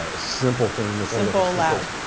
ah simple thing. simple, loud.